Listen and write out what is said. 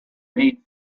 made